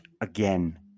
again